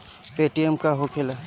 Paytm का होखेला?